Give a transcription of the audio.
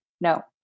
no